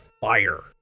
fire